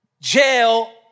jail